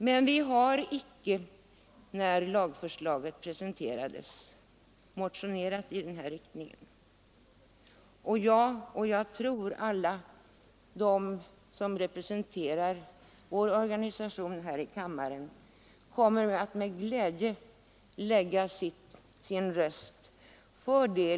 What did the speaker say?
Men vi har icke motionerat i den riktningen i anslutning till lagförslaget, utan både jag och alla de andra som representerar vårt förbund här i kammaren kommer med glädje att rösta för det.